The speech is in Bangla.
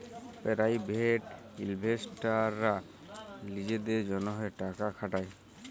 পেরাইভেট ইলভেস্টাররা লিজেদের জ্যনহে টাকা খাটায়